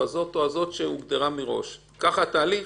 ככה התהליך?